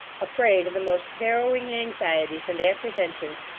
a prey to the most harrowing anxieties and apprehensions,